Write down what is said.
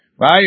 right